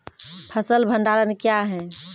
फसल भंडारण क्या हैं?